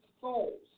souls